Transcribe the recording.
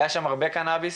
הרבה קנאביס.